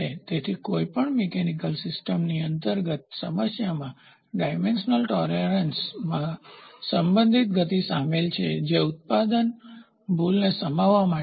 તેથી કોઈપણ મિકેનિકલયાંત્રિક સિસ્ટમની અંતર્ગત સમસ્યામાંના ડાયમેન્શનલ ટોલેરન્સ પરિમાણોની સહિષ્ણુતામાં સંબંધિત ગતિ શામેલ છે જે ઉત્પાદન ભૂલને સમાવવા માટે છે